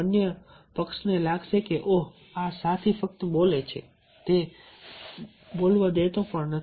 અન્ય પક્ષને લાગશે કે ઓહ આ સાથી ફક્ત બોલે છે તે બીજાને બોલવા દેતો નથી